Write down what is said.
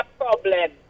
problem